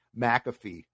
McAfee